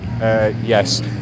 Yes